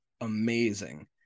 amazing